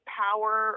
power